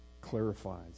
clarifies